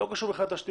זה לא קשור לתשתיות.